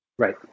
Right